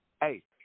Hey